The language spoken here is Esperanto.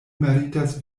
meritas